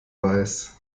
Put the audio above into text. weiß